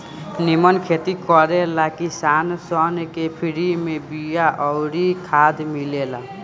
निमन खेती करे ला किसान सन के फ्री में बिया अउर खाद मिलेला